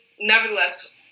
nevertheless